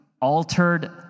altered